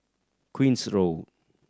Queen's Road